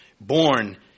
Born